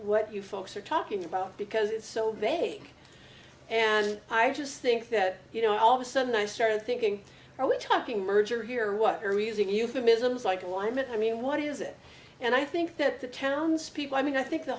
what you folks are talking about because it's so vague and i just think that you know all of a sudden i started thinking are we talking merger here what you're using euphemisms like alignment i mean what is it and i think that the townspeople i mean i think the